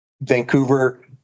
Vancouver